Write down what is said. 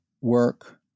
work